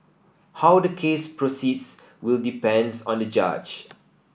how the case proceeds will depends on the judge